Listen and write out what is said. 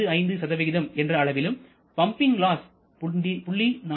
55 என்ற அளவிலும் pumping loss 0